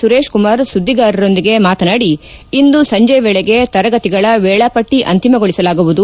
ಸುರೇಶ್ ಕುಮಾರ್ ಸುದ್ದಿಗಾರರೊಂದಿಗೆ ಮಾತನಾಡಿ ಇಂದು ಸಂಜೆ ವೇಳೆಗೆ ತರಗತಿಗಳ ವೇಳಾಪಟ್ಟ ಅಂತಿಮಗೊಳಿಸಲಾಗುವುದು